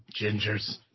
Gingers